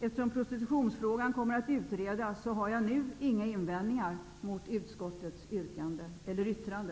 Eftersom prostitutionsfrågan kommer att utredas, har jag nu inga invändningar mot utskottets yttrande.